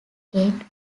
gained